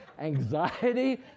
Anxiety